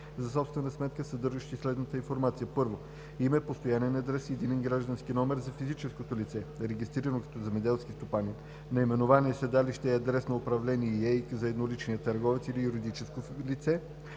за собствена сметка, съдържаща следната информация: 1. име, постоянен адрес и единен граждански номер – за физическо лице, регистрирано като земеделски стопанин; наименование, седалище и адрес на управление и ЕИК на едноличния търговец или юридическото лице;